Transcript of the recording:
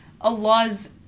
Allah's